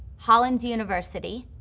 hollins university,